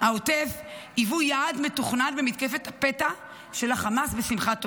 העוטף היוו יעד מתוכנן במתקפת הפתע של החמאס בשמחת תורה,